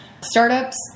startups